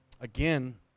again